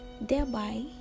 thereby